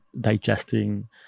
digesting